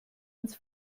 ins